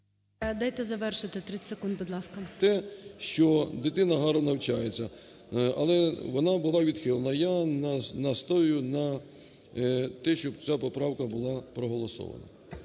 Дайте завершити 30 секунд, будь ласка. ПАЛАМАРЧУК М.П. …те, що дитина гарно навчається. Але вона була відхилена. Я настоюю на тому, щоб ця поправка була проголосована.